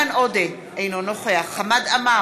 אותך עולה על הדוכן הזה וקורא לשלול את אזרחותו של יגאל עמיר.